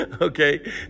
okay